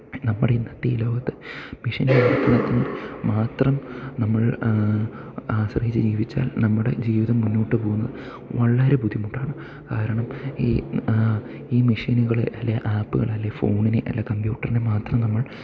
നമ്മുടെ ഇന്നത്തെ ഈ ലോകത്ത് മെഷീൻ വിവർത്തനത്തിനു മാത്രം നമ്മൾ ആശ്രയിച്ച് ജീവിച്ചാൽ നമ്മുടെ ജീവിതം മുന്നോട്ട് പോകുന്നത് വളരെ ബുദ്ധിമുട്ടാണ് കാരണം ഈ ഈ മെഷീനുകളെ അല്ലെങ്കിൽ ആപ്പുകൾ അല്ലെങ്കിൽ ഫോണിനെ അല്ലെങ്കിൽ കമ്പ്യൂട്ടറിനെ മാത്രം നമ്മൾ